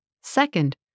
Second